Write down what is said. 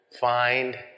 find